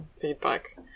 feedback